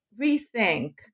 rethink